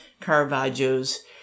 Caravaggio's